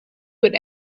would